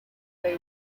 they